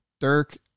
Dirk